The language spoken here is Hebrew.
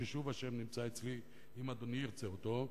שוב, השם נמצא אצלי אם אדוני ירצה אותו.